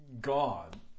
God